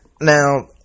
Now